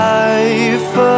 life